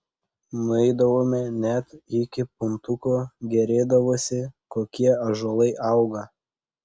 nueidavome net iki puntuko gėrėdavosi kokie ąžuolai auga